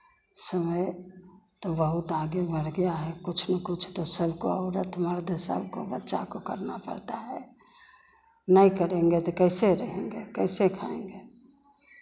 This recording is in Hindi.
समय तो बहुत आगे बढ़ गया है कुछ ना कुछ तो सबको औरत मर्द सबको बच्चा को करना पड़ता है नहीं करेंगे तो कैसे रहेंगे कैसे खाएंगे